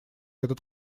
этот